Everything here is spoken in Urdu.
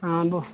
ہاں بوہ